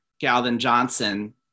Galvin-Johnson